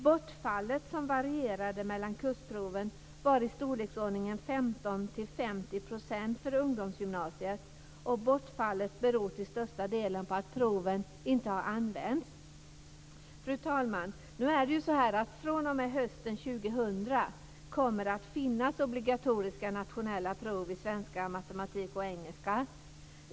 Bortfallet, som varierade mellan kursproven, var i storleksordningen 15-50 % för ungdomsgymnasiet. Bortfallet beror till största delen på att proven inte har använts. Fru talman! fr.o.m. hösten 2000 kommer det att finnas obligatoriska nationella prov i svenska, matematik och engelska.